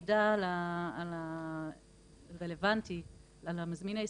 אם המשטרה תיתן את המידע הרלוונטי על המזמין הישראלי,